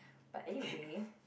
but anyway